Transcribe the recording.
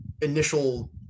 initial